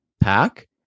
pack